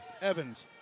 Evans